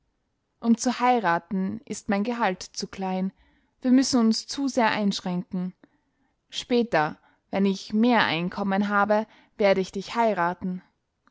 um zu heiraten ist mein gehalt zu klein wir müßten uns zu sehr einschränken später wenn ich mehr einkommen habe werde ich dich heiraten